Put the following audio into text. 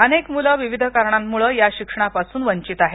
अनेक मुलं विविध कारणांमुळे या शिक्षणापासून वंचित आहेत